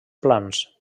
plans